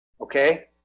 Okay